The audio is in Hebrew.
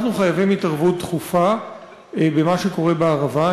אנחנו חייבים התערבות דחופה במה שקורה בערבה.